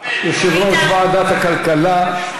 יושב-ראש ועדת הכלכלה.